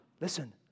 listen